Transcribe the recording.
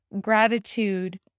gratitude